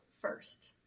first